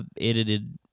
edited